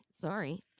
Sorry